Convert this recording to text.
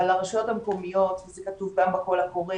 אבל הרשויות המקומיות זה כתוב גם בקול הקורא